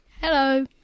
Hello